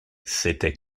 c’était